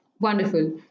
Wonderful